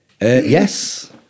Yes